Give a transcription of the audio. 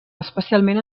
especialment